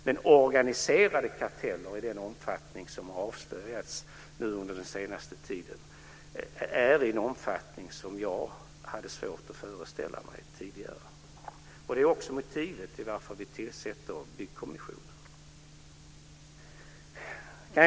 Men organiserade karteller i den omfattning som har avslöjats under den senaste tiden hade jag svårt att föreställa mig tidigare. Det är också motivet till att vi tillsätter byggkommissionen.